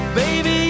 baby